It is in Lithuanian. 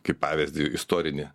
kaip pavyzdį istorinį